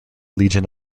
legion